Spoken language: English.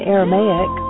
Aramaic